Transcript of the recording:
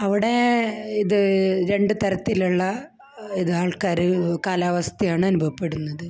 അവിടെ ഇത് രണ്ടു തരത്തിലുള്ള ഇത് ആൾക്കാര് കാലാവസ്ഥയാണ് അനുഭവപ്പെടുന്നത്